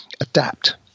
adapt